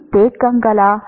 மின்தேக்கிகலா